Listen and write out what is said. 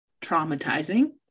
traumatizing